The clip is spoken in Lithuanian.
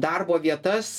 darbo vietas